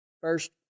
First